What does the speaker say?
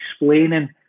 explaining